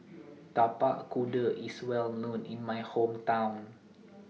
Tapak Kuda IS Well known in My Hometown